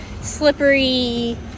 slippery